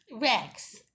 Rex